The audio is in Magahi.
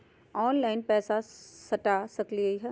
ऑनलाइन पैसा सटा सकलिय है?